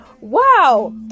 wow